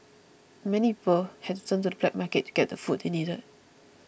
many people had to turn to the black market to get the food they needed